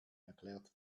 erklärt